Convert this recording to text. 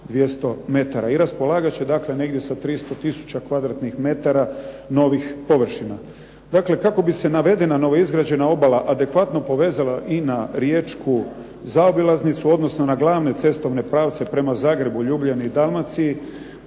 tisuća kvadratnih metara novih površina. Dakle, kako bi se navedena novoizgrađena obala adekvatno povezala i na riječku zaobilaznicu, odnosno na glavne cestovne pravce prema Zagrebu, Ljubljani i Dalmaciji,